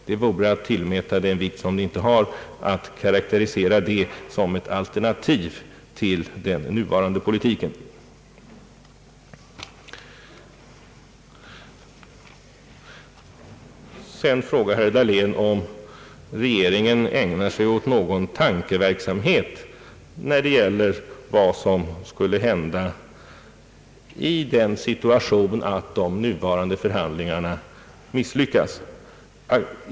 Det vore att tillmäta dem en vikt som de inte har, att karakterisera en intensifiering av dessa strävanden som ett alternativ till den nuvarande politiken. Herr Dahlén frågar också om regeringen »ägnar sig åt någon tankeverksamhet» när det gäller vad som skulle hända i en situation, där de nuvarande förhandlingarna misslyckades.